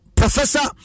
professor